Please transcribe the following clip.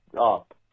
up